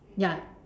ya